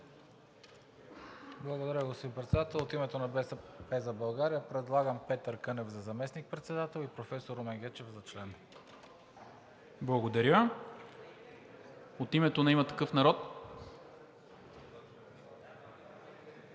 Благодаря, господин Председател. От името на „БСП за България“ предлагам Петър Кънев за заместник-председател и професор Румен Гечев за член. ПРЕДСЕДАТЕЛ НИКОЛА МИНЧЕВ: Благодаря. От името на „Има такъв народ“?